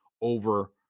over